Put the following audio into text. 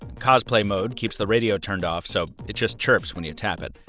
cosplay mode keeps the radio turned off, so it just chirps when you tap it.